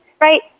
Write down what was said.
right